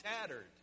tattered